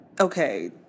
okay